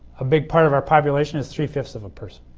a big part of our population is three fifths of a person,